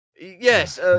Yes